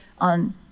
on